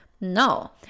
no